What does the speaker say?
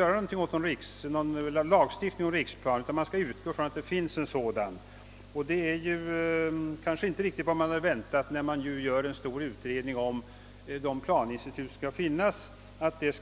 När det tillsätts en stor utredning om de planinstitut som skall finnas, är det kanske inte riktigt vad man hade väntat att det